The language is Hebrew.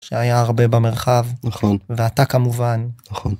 שהיה הרבה במרחב. נכון. ואתה כמובן. נכון.